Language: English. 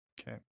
Okay